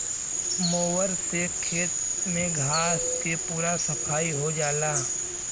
mower से खेत में घास के पूरा सफाई हो जाला